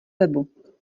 webu